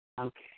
Okay